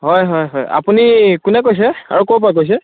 হয় হয় হয় আপুনি কোনে কৈছে আৰু ক'ৰ পৰা কৈছে